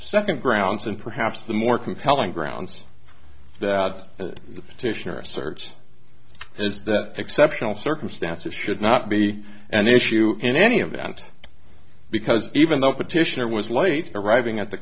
second grounds and perhaps the more compelling grounds that a petition or asserts is that exceptional circumstances should not be an issue in any event because even though petitioner was late arriving at the